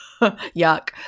yuck